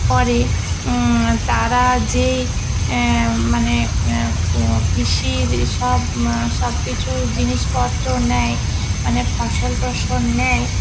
করে তারা যেই মানে কৃষির সব সব কিছু জিনিসপত্র নেয় মানে ফসল টসল নেয়